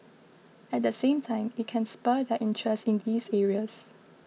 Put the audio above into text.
at the same time it can spur their interest in these areas